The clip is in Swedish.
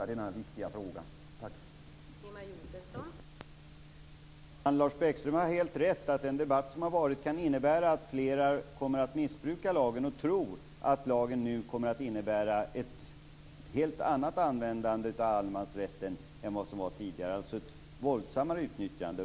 Fru talman! Lars Bäckström har helt rätt i att den debatt som har förts kan innebära att fler kommer att missbruka lagen och tro att lagen nu innebär ett helt annat användande av allemansrätten än vad som gällde tidigare, dvs. ett våldsammare utnyttjande.